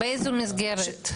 באיזו מסגרת?